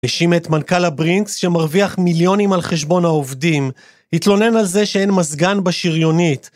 האשים את מנכ״ל הברינקס, שמרוויח מיליונים על חשבון העובדים, התלונן על זה שאין מזגן בשריונית.